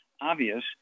obvious